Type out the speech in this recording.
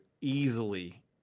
easily